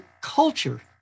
culture